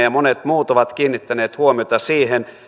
ja monet muut ovat kiinnittäneet huomiota siihen